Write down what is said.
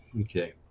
Okay